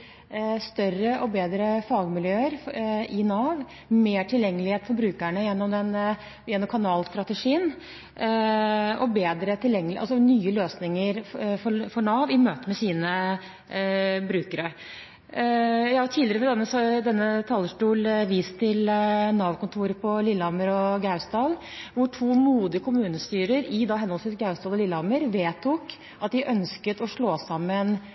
større og bedre fagmiljøer i Nav og mer tilgjengelighet for brukerne gjennom kanalstrategien – altså nye løsninger for Nav i møte med sine brukere. Jeg har tidligere fra denne talerstol vist til Nav-kontorene i Lillehammer og i Gausdal, hvor to modige kommunestyrer – i henholdsvis Gausdal og Lillehammer – vedtok at de ønsket å slå sammen